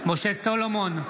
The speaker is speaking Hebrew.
משה סולומון,